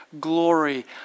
glory